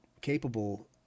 capable